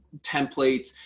templates